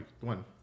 One